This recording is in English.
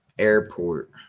airport